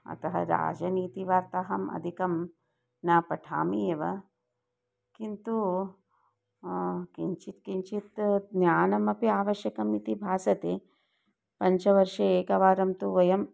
अतः राजनीतिवार्तामहम् अधिकं न पठामि एव किन्तु किञ्चित् किञ्चित् ज्ञानमपि आवश्यकम् इति भासते पञ्चवर्षे एकवारं तु वयं